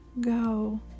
go